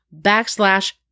backslash